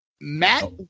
Matt